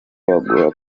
baguha